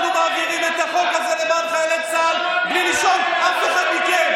אנחנו מעבירים את החוק הזה למען חיילי צה"ל בלי לשאול אף אחד מכם.